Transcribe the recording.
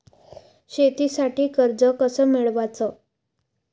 शेतीसाठी कर्ज कस मिळवाच?